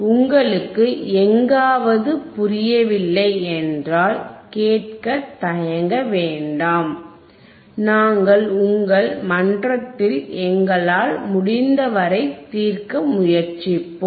உங்களுக்கு எங்காவது புரியவில்லை என்றால் கேட்க தயங்க வேண்டாம் நாங்கள் உங்கள் மன்றத்தில் எங்களால் முடிந்தவரை தீர்க்க முயற்சிப்போம்